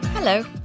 Hello